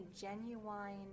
genuine